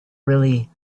really